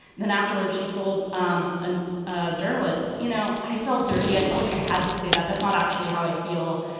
then afterwards she told um ah a journalist you know i felt dirty i felt like i had to say that that's not actually how i feel.